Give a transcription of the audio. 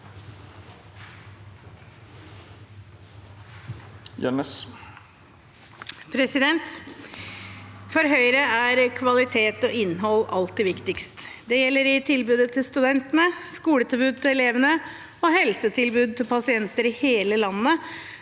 For Høyre er kva- litet og innhold alltid viktigst. Det gjelder i tilbudet til studentene, skoletilbudet til elevene og helsetilbudet til pasientene i hele landet,